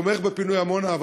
תומך בפינוי עמונה,